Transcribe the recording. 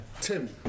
Tim